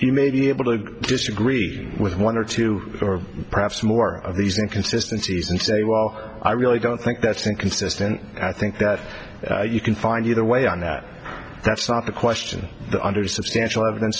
you may be able to disagree with one or two or perhaps more of these inconsistencies and say well i really don't think that's inconsistent i think that you can find either way on that that's not the question under substantial evidence